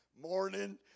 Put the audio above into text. Morning